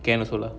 can also lah